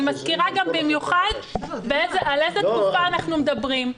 אני מזכירה במיוחד על איזו תקופה אנחנו מדברים.